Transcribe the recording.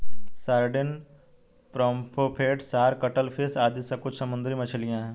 sardine, pomfret, shark, cuttlefish आदि कुछ समुद्री मछलियाँ हैं